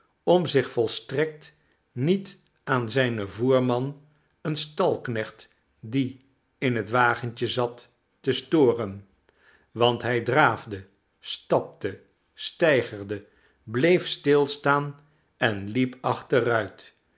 om zich volstrekt niet aan zijn voerman een stalknecht die in het wagentje zat te storen want hij draafde stapte steigerde bleef stilstaan en liep achteruit